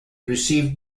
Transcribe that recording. receive